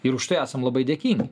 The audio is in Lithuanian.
ir už tai esam labai dėkingi